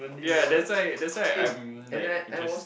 yea that's why that's why I'm like interests